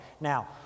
Now